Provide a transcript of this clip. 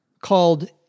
called